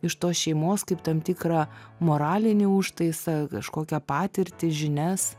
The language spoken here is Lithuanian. iš tos šeimos kaip tam tikrą moralinį užtaisą kažkokią patirtį žinias